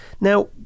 Now